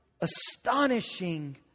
astonishing